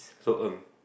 so Ng